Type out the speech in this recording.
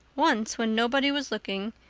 once, when nobody was looking,